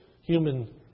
human